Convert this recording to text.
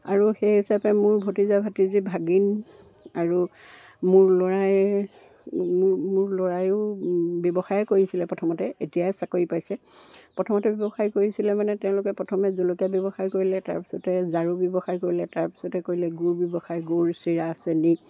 আৰু সেই হিচাপে মোৰ ভতিজা ভাতিজী ভাগিন আৰু মোৰ ল'ৰাই মোৰ ল'ৰাইও ব্যৱসায়ে কৰিছিলে প্ৰথমতে এতিয়াই চাকৰি পাইছে প্ৰথমতে ব্যৱসায় কৰিছিলে মানে তেওঁলোকে প্ৰথমে জলকীয়া ব্যৱসায় কৰিলে তাৰপিছতে জাৰু ব্যৱসায় কৰিলে তাৰপিছতে কৰিলে গুৰ ব্যৱসায় গুৰ চিৰা চেনী